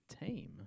tame